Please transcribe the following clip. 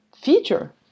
feature